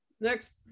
Next